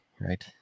right